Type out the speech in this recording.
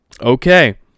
Okay